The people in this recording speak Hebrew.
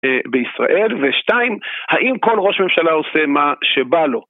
בישראל, ושתיים, האם כל ראש ממשלה עושה מה שבא לו?